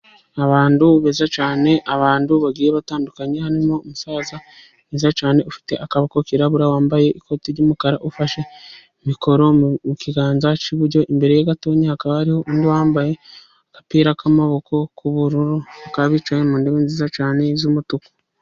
Abantu beza cyane, abantu bagiye batandukanye, harimo umusaza mwiza cyane ufite akaboko kirabura, wambaye ikoti ry'umukara, ufashe mikoro mu kiganza cy'iburyo. Imbere ye gato hakaba hariho undi wambaye agapira k'amaboko k'ubururu, bakaba bicaye mu ntebe nziza cyane z'umutuku.